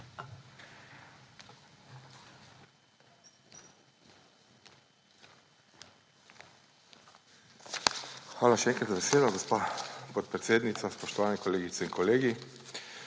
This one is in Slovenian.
Hvala še enkrat za besedo, gospa podpredsednica. Spoštovani kolegice in kolegi!